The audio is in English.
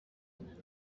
and